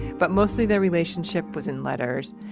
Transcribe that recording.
but mostly, their relationship was in letters.